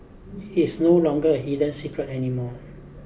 it's no longer a hidden secret anymore